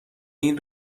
این